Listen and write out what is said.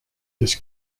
his